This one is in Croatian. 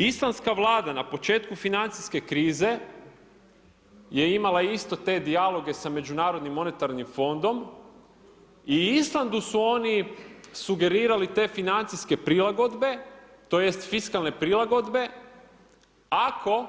Islandska Vlada na početku financijske krize je imala isto te dijaloge sa Međunarodnim monetarnim fondom i Islandu su oni sugerirali te financijske prilagodbe to jest fiskalne prilagodbe ako